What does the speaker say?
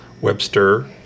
Webster